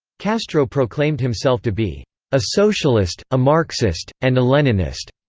castro proclaimed himself to be a socialist, a marxist, and a leninist,